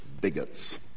bigots